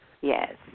Yes